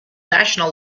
national